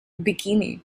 bikini